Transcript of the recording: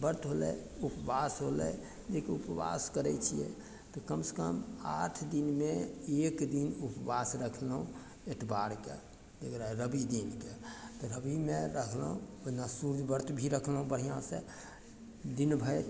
व्रत होलय उपवास होलय जे केओ उपवास करय छियै तऽ कमसँ कम आठ दिनमे एक दिन उपवास रखलहुँ एतबारके एकरा रवि दिन कऽ तऽ रबीमे रहलहुँ जेना सूर्य व्रत भी रखलहुँ बढ़िआँसँ दिन भरि